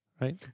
right